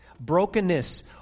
Brokenness